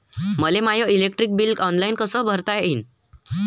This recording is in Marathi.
मले माय इलेक्ट्रिक बिल ऑनलाईन कस भरता येईन?